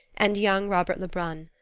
and young robert lebrun.